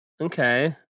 Okay